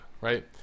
Right